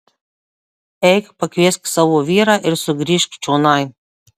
eik pakviesk savo vyrą ir sugrįžk čionai